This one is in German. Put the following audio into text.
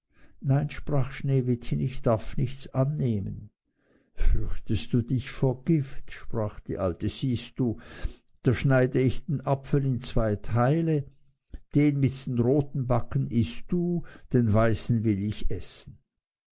nein sprach sneewittchen ich darf nichts annehmen fürchtest du dich vor gift sprach die alte siehst du da schneide ich den apfel in zwei teile den roten backen iß du den weißen will ich essen